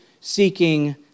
seeking